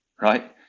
right